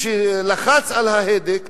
שלחץ על ההדק,